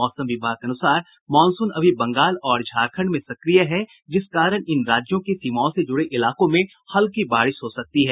मौसम विभाग के अनुसार मॉनसून अभी बंगाल और झारखंड में सक्रिय है जिस कारण इन राज्यों की सीमाओं से जुड़े इलाकों में हल्की बारिश हो सकती है